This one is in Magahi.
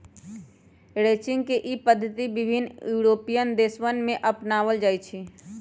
रैंचिंग के ई पद्धति विभिन्न यूरोपीयन देशवन में अपनावल जाहई